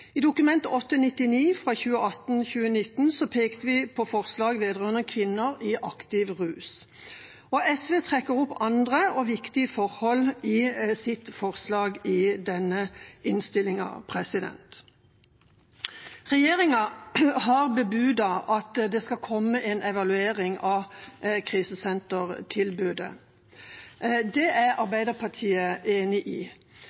I Dokument 8:99 S for 2018–2019 pekte vi på forslag vedrørende kvinner i aktiv rus. SV trekker opp andre og viktige forhold i sitt forslag i denne innstillinga. Regjeringa har bebudet at det skal komme en evaluering av krisesentertilbudet. Det er Arbeiderpartiet enig i,